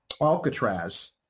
alcatraz